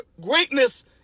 Greatness